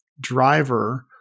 driver